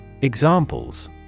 Examples